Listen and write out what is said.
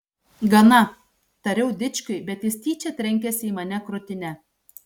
gana tariau dičkiui bet jis tyčia trenkėsi į mane krūtine